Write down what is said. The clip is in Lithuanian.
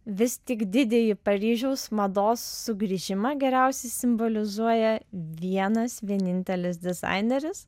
vis tik didįjį paryžiaus mados sugrįžimą geriausiai simbolizuoja vienas vienintelis dizaineris